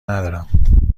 ندارم